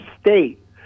state